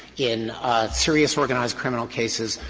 in serious organized criminal cases,